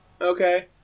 Okay